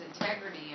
integrity